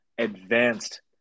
advanced